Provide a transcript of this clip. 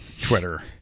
Twitter